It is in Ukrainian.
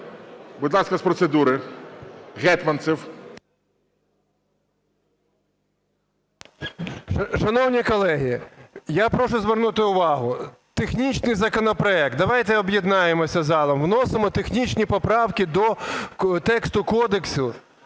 Будь ласка, з процедури – Гетманцев. 12:35:48 ГЕТМАНЦЕВ Д.О. Шановні колеги, я прошу звернути увагу. Технічний законопроект, давайте об'єднаємося залом, вносимо технічні поправки до тексту кодексу,